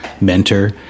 mentor